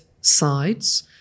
sides